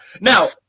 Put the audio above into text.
now